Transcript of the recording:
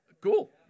Cool